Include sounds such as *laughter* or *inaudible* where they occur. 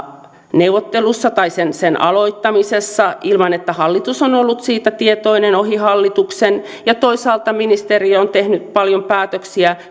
neuvotteluissa tai niiden aloittamisessa ilman että hallitus on ollut siitä tietoinen ohi hallituksen toisaalta ministeri on tehnyt paljon päätöksiä *unintelligible*